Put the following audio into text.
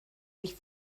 sich